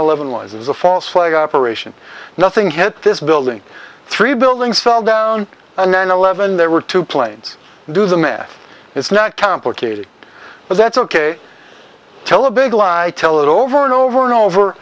eleven was a false flag operation nothing had this building three buildings fall down and nine eleven there were two planes do the math it's not complicated but that's ok tell a big lie tell it over and over and over